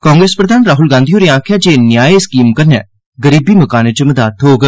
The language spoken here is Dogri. कांग्रेस प्रधान राहुल गांधी होरें आखेआ ऐ जे 'न्याय' स्कीम कन्नै गरीबी मकाने च मदद थ्होग